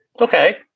Okay